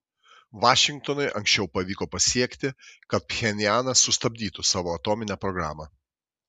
vašingtonui anksčiau pavyko pasiekti kad pchenjanas sustabdytų savo atominę programą